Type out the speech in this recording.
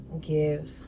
give